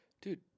Dude